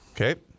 Okay